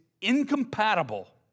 incompatible